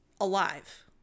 alive